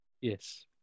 Yes